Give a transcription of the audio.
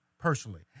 personally